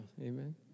Amen